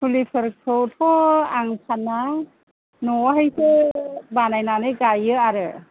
फुलिफोरखौथ' आं फाना न'आवहायसो बानायनानै गाइयो आरो